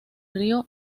río